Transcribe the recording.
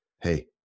hey